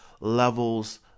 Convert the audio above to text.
levels